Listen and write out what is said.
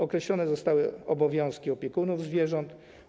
Określone zostały obowiązki opiekunów zwierząt.